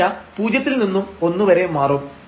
ഈ θ പൂജ്യത്തിൽ നിന്നും ഒന്നുവരെ മാറും